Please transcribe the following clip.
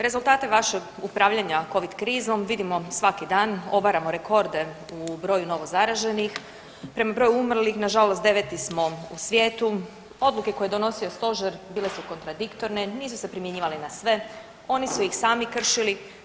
Rezultate vašeg upravljanja covid krizom vidimo svaki dan, obaramo rekorde u broju novozaraženih, prema broju umrlih nažalost 9. smo u svijetu, odluke koje je donosio stožer bile su kontradiktorne, nisu se primjenjivali na sve, oni su ih sami kršili.